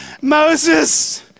Moses